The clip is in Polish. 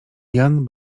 jan